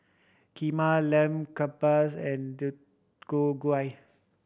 Kheema Lamb Kebabs and Deodeok Gui